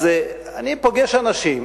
אז אני פוגש אנשים,